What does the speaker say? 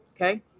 Okay